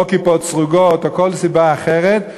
או כיפות סרוגות או כל סיבה אחרת,